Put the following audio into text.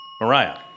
Mariah